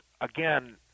again